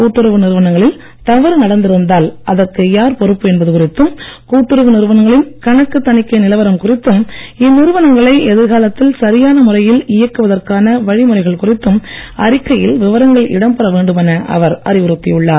கூட்டுறவு நிறுவனங்களில் தவறு நடந்திருந்தால் அதற்கு யார் பொறுப்பு என்பது குறித்தும் கூட்டுறவு நிறுவனங்களின் கணக்குத் தணிக்கை நிலவரம் குறித்தும் இந்நிறுவனங்களை எதிர்காலத்தில் சரியான முறையில் இயக்குவதற்கான வழிமுறைகள் குறித்தும் அறிக்கையில் விவரங்கள் இடம்பெற வேண்டுமென அவர் அறிவுறுத்தியுள்ளார்